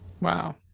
wow